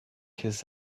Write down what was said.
his